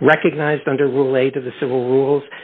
recognized under relate to the civil